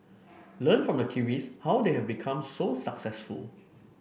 learn from the Kiwis how they have become so successful